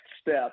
step